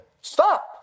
stop